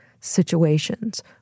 situations